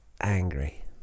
angry